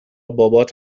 بابات